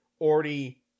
already